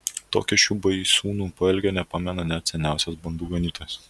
tokio šių baisūnų poelgio nepamena net seniausias bandų ganytojas